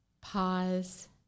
pause